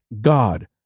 God